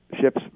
ships